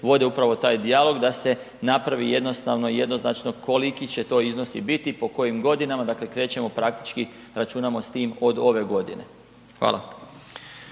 vode upravo taj dijalog da se napravi jednostavno jednoznačno koliki će to iznosi biti, po kojim godinama dakle krećemo praktički, računamo s tim od ove godine. Hvala.